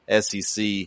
sec